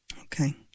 Okay